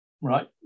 right